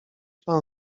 pan